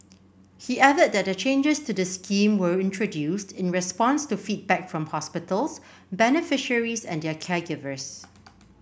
he added that the changes to the scheme were introduced in response to feedback from hospitals beneficiaries and their caregivers